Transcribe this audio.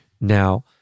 Now